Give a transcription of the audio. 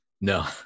No